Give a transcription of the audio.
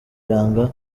yanga